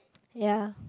ya